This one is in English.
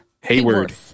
Hayward